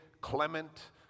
Clement